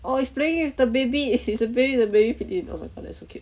aw he's playing with the baby is a baby is a baby oh my god that's so cute